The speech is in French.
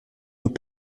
nous